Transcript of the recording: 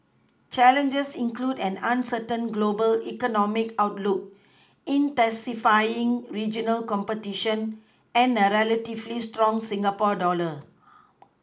challenges include an uncertain global economic outlook intensifying regional competition and a relatively strong Singapore dollar